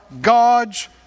God's